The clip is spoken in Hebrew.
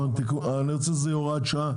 אני רוצה שזה יהיה בהוראת שעה,